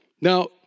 Now